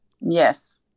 Yes